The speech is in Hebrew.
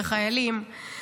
בחיילים,